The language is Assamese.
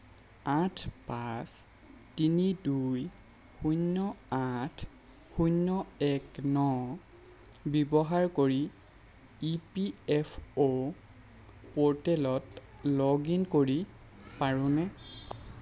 আঠ পাঁচ তিনি দুই শূণ্য আঠ শূণ্য এক ন ব্যৱহাৰ কৰি ই পি এফ অ' প'ৰ্টেলত লগ ইন কৰি পাৰোঁনে